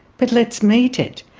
but let's meet it.